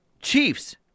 Chiefs